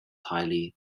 highly